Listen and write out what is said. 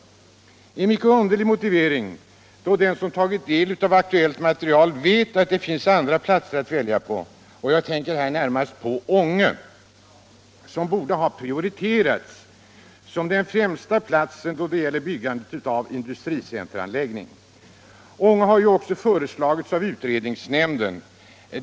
En mycket underlig motivering, då den som tagit del av aktuellt material vet att det finns andra platser att välja på. Jag tänker här närmast på Ånge, som borde ha prioriterats som den främsta platsen då det gäller byggandet av industricenteranläggning. Ånge har ju också föreslagits av utredningsnämnden.